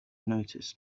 noticed